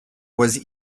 was